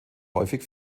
häufig